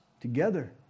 together